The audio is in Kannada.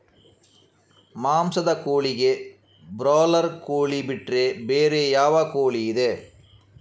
ಮಾಂಸದ ಕೋಳಿಗೆ ಬ್ರಾಲರ್ ಕೋಳಿ ಬಿಟ್ರೆ ಬೇರೆ ಯಾವ ಕೋಳಿಯಿದೆ?